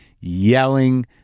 Yelling